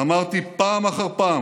אמרתי פעם אחר פעם,